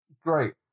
great